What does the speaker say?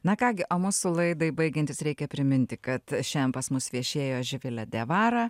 na ką gi o mūsų laidai baigiantis reikia priminti kad šian pas mus viešėjo živilė diavara